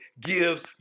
gives